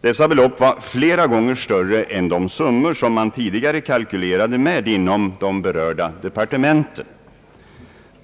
Dessa belopp var flera gånger större än dem som man tidigare kalkylerade med inom de berörda departementen.